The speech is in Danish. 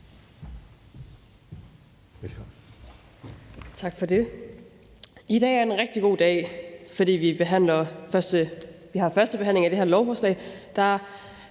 (LA): Tak for det. I dag er en rigtig god dag, fordi vi har 1. behandling af det her lovforslag,